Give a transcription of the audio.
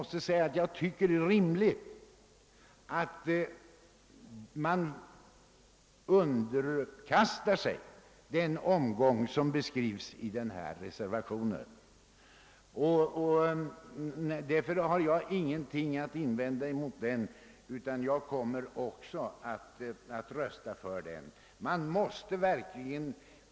Det är rimligt att man underkastar sig den omgång som beskrivs i reservationen, och därför har jag ingenting att invända mot den utan kommer att rösta för den.